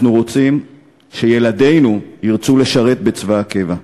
אנחנו רוצים שילדינו ירצו לשרת בצבא הקבע.